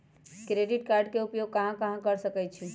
Credit card के उपयोग कहां कहां कर सकईछी?